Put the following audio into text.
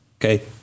Okay